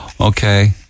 Okay